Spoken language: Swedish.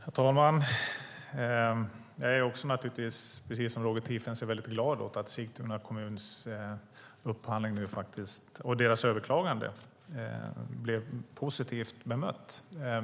Herr talman! Jag är också, precis som Roger Tiefensee, väldigt glad åt att Sigtuna kommuns överklagande blev positivt bemött.